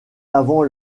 avant